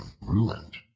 ruined